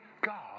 God